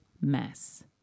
mass